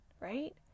right